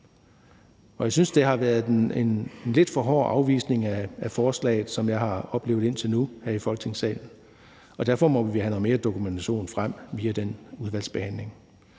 Jeg synes, at det har været en lidt for hård afvisning af forslaget, som jeg har oplevet indtil nu her i Folketingssalen, og derfor må vi have noget mere dokumentation frem via udvalgsbehandlingen.